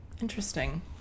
Interesting